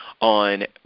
on